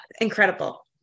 incredible